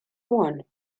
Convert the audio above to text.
one